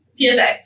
PSA